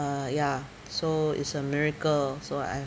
uh ya so is a miracle so I